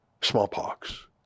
smallpox